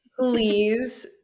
please